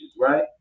right